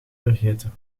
vergeten